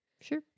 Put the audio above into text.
Sure